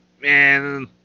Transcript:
man